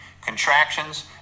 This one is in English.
contractions